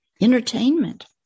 entertainment